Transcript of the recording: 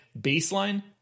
baseline